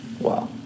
Wow